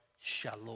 shalom